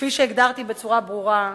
כפי שהגדרתי בצורה ברורה,